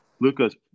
Luca's